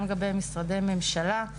גם לגבי משרדי ממשלה.